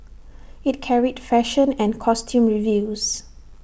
IT carried fashion and costume reviews